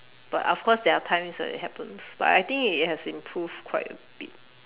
but of course there are times when it happens but I think it has improved quite a bit